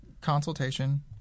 consultation